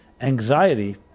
anxiety